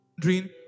dream